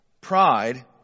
Pride